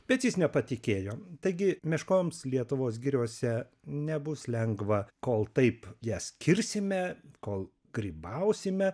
bet jis nepatikėjo taigi meškoms lietuvos giriose nebus lengva kol taip jas kirsime kol grybausime